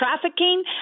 trafficking